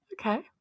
Okay